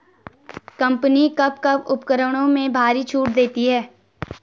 Company कब कब उपकरणों में भारी छूट देती हैं?